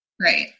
Right